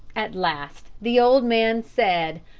at last the old man said,